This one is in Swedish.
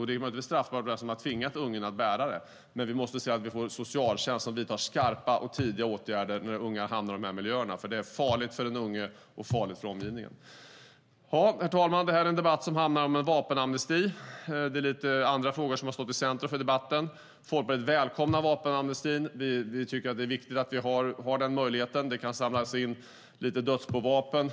Det är möjligtvis straffbart för den som har tvingat ungen att bära vapnet, men vi måste se till att vi får en socialtjänst som vidtar skarpa och tydliga åtgärder när unga hamnar i de här miljöerna, för det är farligt för den unge och farligt för omgivningen. Herr talman! Det här är en debatt som handlar om vapenamnesti. Det är lite andra frågor som har stått i centrum för debatten. Folkpartiet välkomnar vapenamnestin. Vi tycker att det är viktigt att vi har den möjligheten. Det kan samlas in lite dödsbovapen.